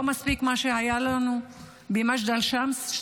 לא מספיק מה שהיה לנו במג'דל שמס,